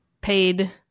paid